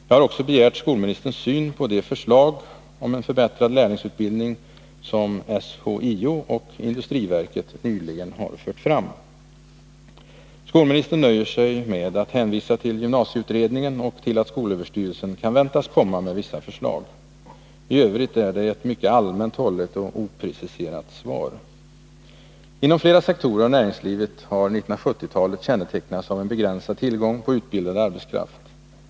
Jag har också begärt skolministerns syn på de förslag om en förbättrad lärlingsutbildning som SHIO — Sveriges hantverksoch industriorganisation — och industriverket nyligen har fört fram. Skolministern nöjer sig med att hänvisa till gymnasieutredningen och till att skolöverstyrelsen kan väntas komma med vissa förslag. I övrigt är det ett mycket allmänt hållet och opreciserat svar. Inom flera sektorer av näringslivet har 1970-talet kännetecknats av en begränsad tillgång på utbildad arbetskraft.